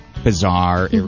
bizarre